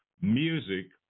music